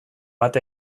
bat